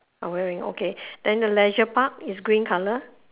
ah wearing okay then the leisure park is green colour